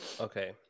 Okay